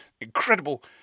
Incredible